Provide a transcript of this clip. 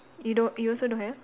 you don't you also don't have